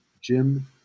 Jim